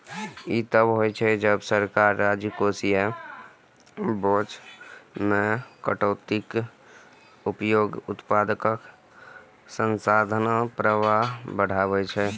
ई तब होइ छै, जब सरकार राजकोषीय बोझ मे कटौतीक उपयोग उत्पादक संसाधन प्रवाह बढ़बै छै